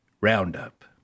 roundup